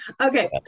okay